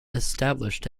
established